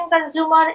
consumer